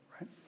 right